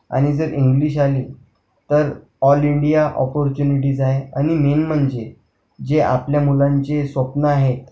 आणि जर इंग्लिश आली तर ऑल इंडिया ऑपॉर्च्युनिटीज आहे आणि मेन म्हणजे जे आपल्या मुलांचे स्वप्नं आहेत